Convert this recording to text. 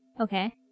Okay